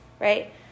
right